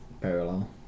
parallel